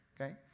Okay